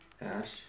ash